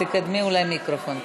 תקדמי אולי את המיקרופון קצת.